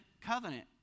covenant